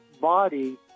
body